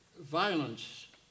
violence